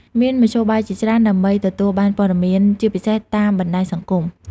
មានមធ្យោបាយជាច្រើនដើម្បីទទួលបានព័ត៌មានជាពិសេសតាមបណ្តាញសង្គម។